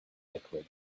liquid